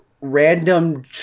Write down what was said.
random